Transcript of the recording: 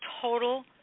total